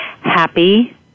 happy